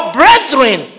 brethren